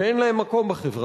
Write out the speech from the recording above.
שאין להן מקום בחברה.